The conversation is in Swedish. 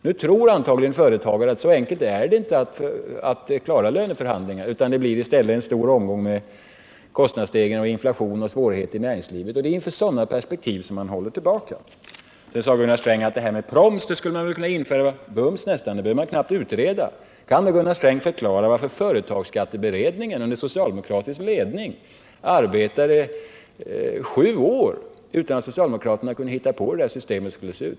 Nu tror antagligen företagarna att det inte är så enkelt att klara löneförhandlingarna, utan det blir i stället en stor omgång med kostnadsstegring, inflation och svårigheter i näringslivet. Inför sådana perspektiv håller man tillbaka. Gunnar Sträng trodde att man skulle kunna införa promsen bums. Den behöver knappt utredas. Kan Gunna: Sträng då förklara varför företagsskat teberedningen under socialdemokratisk ledning arbetade i sju år utan att socialdemokraterna kunde komma på hur systemet skulle se ut?